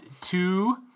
two